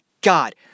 God